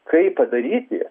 kaip padaryti